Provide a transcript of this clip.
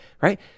right